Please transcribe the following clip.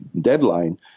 deadline